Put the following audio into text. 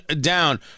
down